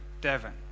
Devon